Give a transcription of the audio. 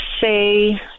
say